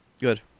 good